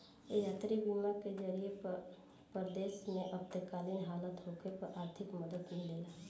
यात्री बीमा के जरिए परदेश में आपातकालीन हालत होखे पर आर्थिक मदद मिलेला